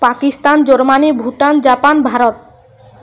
Pakistan Germany Bhutan Japan Bharat